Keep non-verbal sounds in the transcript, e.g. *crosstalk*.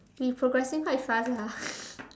we progressing quite fast ah *laughs*